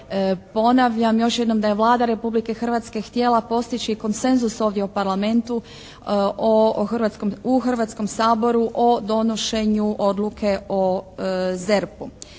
ponavljam još jednom da je Vlada Republike Hrvatske htjela postići konsenzus ovdje u Parlamentu, u Hrvatskom saboru o donošenju odluke o ZERP-u.